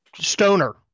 stoner